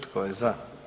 Tko je za?